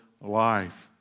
life